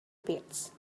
pits